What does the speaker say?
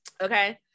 Okay